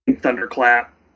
thunderclap